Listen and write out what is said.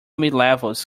midlevels